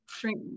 drink